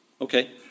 Okay